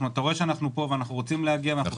שאנחנו פה ואנחנו רוצים להגיע ואנחנו